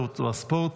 התרבות והספורט,